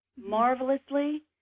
marvelously